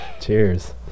cheers